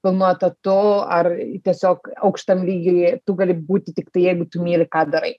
pilnu etatu ar tiesiog aukštam lygy tu gali būti tiktai jeigu tu myli ką darai